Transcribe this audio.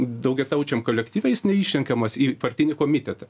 daugiataučiam kolektyve jis neišrenkamas į partinį komitetą